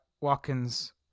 Watkins